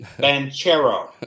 Banchero